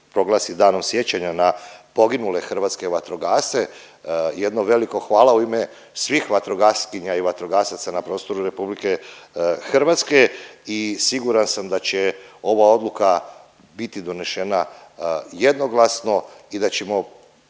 „Danom sjećanja na poginule hrvatske vatrogasce“ jedno veliko hvala u ime svih vatrogaskinja i vatrogasaca na prostoru RH i siguran sam da će ova odluka biti donešena jednoglasno i da ćemo